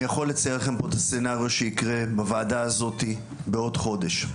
אני יכול לצייר לכם את הסצנריו שיקרה בוועדה הזאת בעוד חודש.